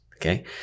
Okay